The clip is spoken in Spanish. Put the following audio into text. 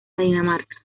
dinamarca